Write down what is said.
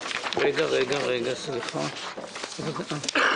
על סדר-היום: